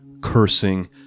cursing